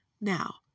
Now